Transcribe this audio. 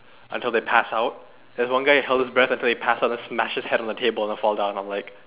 until they pass out there's one guy who held his breath until he pass out then smash his head on the table and fall down I'm like